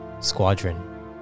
squadron